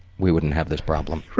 we wouldn't have this problem.